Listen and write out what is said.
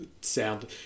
sound